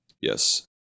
Yes